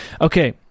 Okay